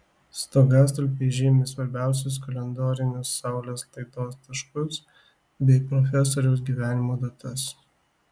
stogastulpiai žymi svarbiausius kalendorinius saulės laidos taškus bei profesoriaus gyvenimo datas